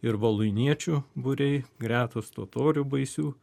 ir valuiniečių būriai gretos totorių baisių